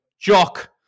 JOCK